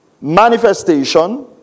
manifestation